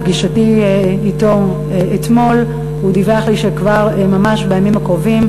ובפגישתי אתו אתמול הוא דיווח לי שממש בימים הקרובים